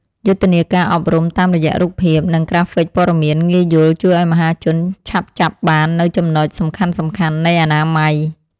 យុទ្ធនាការអប់រំតាមរយៈរូបភាព និងក្រាហ្វិកព័ត៌មានងាយយល់ជួយឱ្យមហាជនឆាប់ចាប់បាននូវចំណុចសំខាន់ៗនៃអនាម័យ។